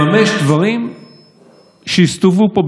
לממש דברים שהסתובבו פה,